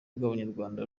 rw’abanyarwanda